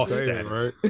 right